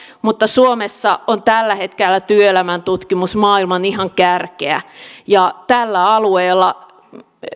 mutta suomessa on tällä hetkellä työelämän tutkimus ihan maailman kärkeä ja tällä alueella